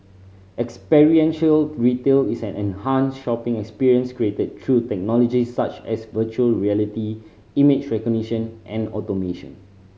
experiential retail is an enhanced shopping experience created through technologies such as virtual reality image recognition and automation